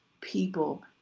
people